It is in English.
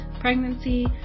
pregnancy